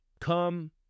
come